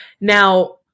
Now